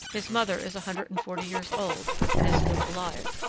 his mother is a hundred and forty years old and is still alive.